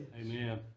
Amen